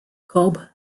cobb